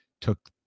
took